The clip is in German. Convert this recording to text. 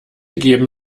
geben